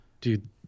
Dude